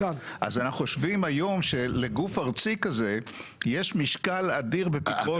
אז אנחנו חושבים היום שלגוף ארצי כזה יש משקל אדיר בפתרון.